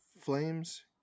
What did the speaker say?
Flames